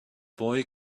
boy